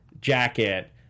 jacket